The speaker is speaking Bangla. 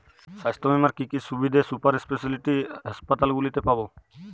স্বাস্থ্য বীমার কি কি সুবিধে সুপার স্পেশালিটি হাসপাতালগুলিতে পাব?